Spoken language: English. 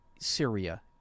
Syria